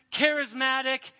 charismatic